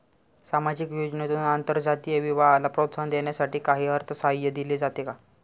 सामाजिक योजनेतून आंतरजातीय विवाहाला प्रोत्साहन देण्यासाठी काही अर्थसहाय्य दिले जाते का?